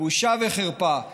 בושה וחרפה.